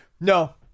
no